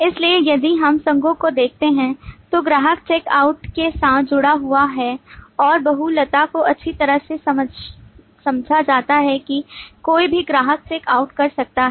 इसलिए यदि हम संघों को देखते हैं तो ग्राहक चेक आउट के साथ जुड़ा हुआ है और बहुलता को अच्छी तरह से समझा जाता है कि कोई भी ग्राहक चेक आउट कर सकता है